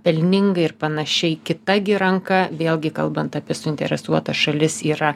pelningai ir panašiai kita gi ranka vėlgi kalbant apie suinteresuotas šalis yra